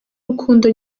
urukundo